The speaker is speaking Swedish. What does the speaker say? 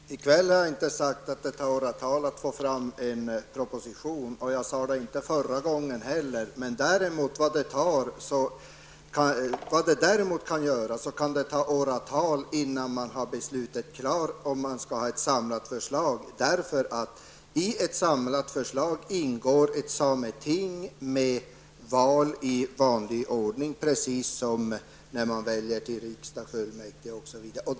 Fru talman! I kväll har jag inte sagt att det tar åratal att få fram en proposition, och jag sade det inte förra gången heller. Däremot kan det ta åratal innan man har beslutet klart om vi skall ha ett samlat förslag, därför att i ett samlat förslag ingår ett sameting, med val i vanlig ordning, precis som när man väljer till riksdag, fullmäktige, osv.